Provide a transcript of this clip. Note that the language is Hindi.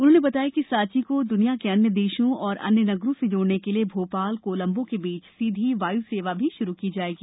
उन्होंने बताया कि सांची को दनिया के अन्य देशों व अन्य नगरों से जोड़ने के लिये भोपाल कोलंबो के बीच सीधी वायुसेवा भी शुरू की जाएगी